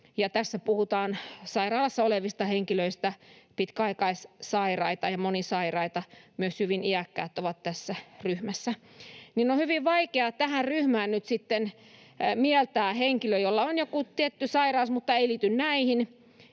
tässä puhutaan sairaalassa olevista henkilöistä, pitkäaikaissairaista ja monisairaista, ja myös hyvin iäkkäät ovat tässä ryhmässä. On hyvin vaikea tähän ryhmään nyt sitten mieltää henkilö, jolla on joku tietty sairaus, joka ei liity näihin.